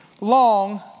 long